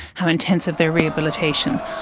how intensive their rehabilitation.